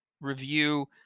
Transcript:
review